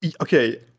Okay